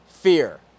Fear